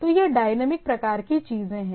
तो यह डायनामिक प्रकार की चीजें हैं